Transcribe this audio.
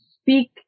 speak